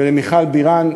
ולמיכל בירן,